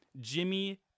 Jimmy